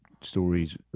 stories